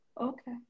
Okay